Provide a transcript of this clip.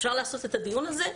אפשר לעשות את הדיון הזה,